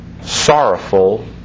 sorrowful